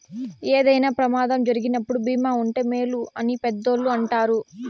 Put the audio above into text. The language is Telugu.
ఏదైనా ప్రమాదం జరిగినప్పుడు భీమా ఉంటే మేలు అని పెద్దోళ్ళు అంటారు